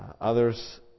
Others